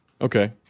okay